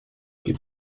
gib